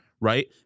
right